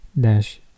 dash